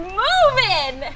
moving